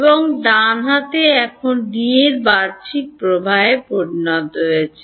এবং ডান হাত এখন ডি এর বাহ্যিক প্রবাহে পরিণত হয়েছে